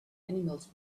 animals